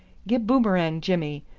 gib boomerang jimmy,